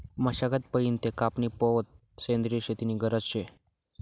मशागत पयीन ते कापनी पावोत सेंद्रिय शेती नी गरज शे